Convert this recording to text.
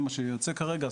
שזה מה שיוצא כרגע,